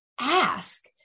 ask